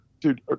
Dude